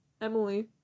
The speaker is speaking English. Emily